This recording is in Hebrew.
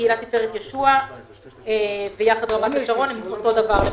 קהילת תפארת ישוע ויחד רמת השרון הם אותו דבר.